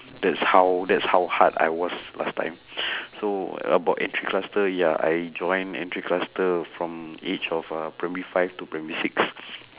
that's how that's how hard I was last time so about entry cluster ya I joined entry cluster from age of uh primary five to primary six